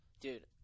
Dude